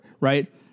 right